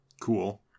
Cool